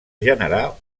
generar